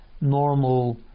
normal